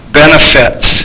benefits